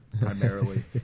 primarily